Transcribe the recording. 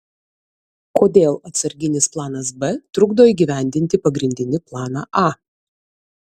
kodėl atsarginis planas b trukdo įgyvendinti pagrindinį planą a